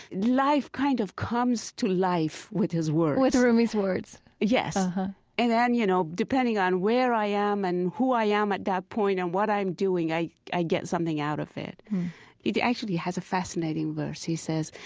life kind of comes to life with his words with rumi's words yes mm-hmm and and and, you know, depending on where i am and who i am at that point and what i'm doing, i i get something out of it. it actually has a fascinating verse. he says,